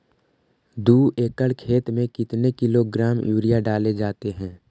दू एकड़ खेत में कितने किलोग्राम यूरिया डाले जाते हैं?